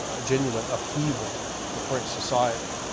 a genuine upheaval in french society,